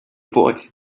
boy